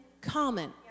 common